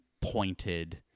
pointed